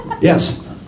Yes